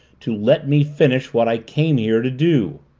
to let me finish what i came here to do.